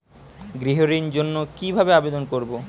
গৃহ ঋণ জন্য কি ভাবে আবেদন করব?